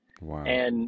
Wow